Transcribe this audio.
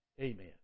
Amen